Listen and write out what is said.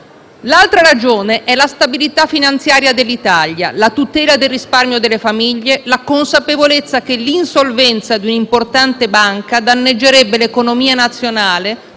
L'altra ragione è la stabilità finanziaria dell'Italia, la tutela del risparmio delle famiglie e la consapevolezza che l'insolvenza di un'importante banca danneggerebbe l'economia nazionale,